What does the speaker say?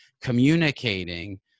communicating